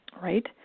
right